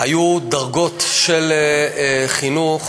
היו דרגות של חינוך,